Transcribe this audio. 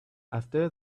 after